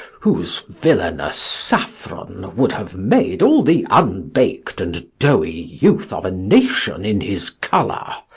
whose villainous saffron would have made all the unbak'd and doughy youth of a nation in his colour.